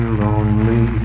lonely